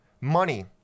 money